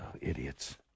idiots